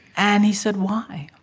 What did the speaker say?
and he said, why?